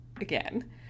again